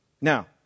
Now